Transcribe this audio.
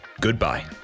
Goodbye